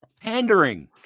Pandering